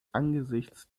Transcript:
angesichts